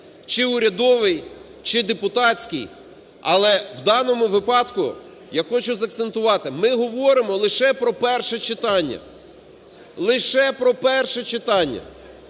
чи урядовий, чи депутатський. Але в даному випадку я хочу закцентувати: ми говоримо лише про перше читання, лише про перше читання.